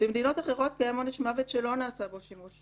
במדינות אחרות קיים עונש מוות שלא נעשה בו שימוש.